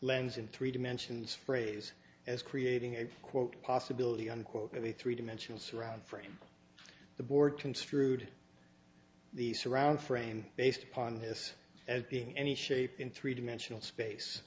lens in three dimensions phrase as creating a quote possibility unquote of a three dimensional surround frame the board construed the surround frame based upon his being any shape in three dimensional space